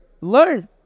learn